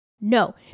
No